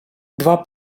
два